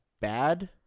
bad